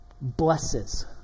blesses